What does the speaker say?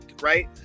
right